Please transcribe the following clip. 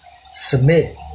Submit